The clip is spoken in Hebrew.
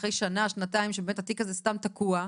אחרי שנה שנתיים שבאמת התיק הזה סתם תקוע,